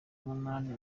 munani